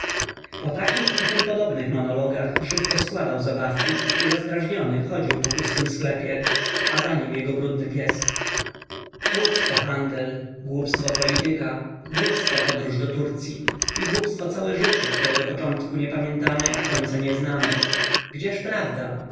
po takich i tym podobnych monologach szybko składał zabawki i rozdrażniony chodził po pustym sklepie a za nim jego brudny pies głupstwo handel głupstwo polityka głupstwo podróż do turcyi głupstwo całe życie którego początku nie pamiętamy a końca nie znamy gdzież prawda